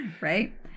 Right